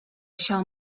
shall